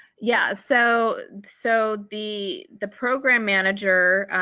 yeah so so the the program manager,